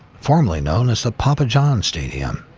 formerly known as the papa john's stadium.